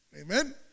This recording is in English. amen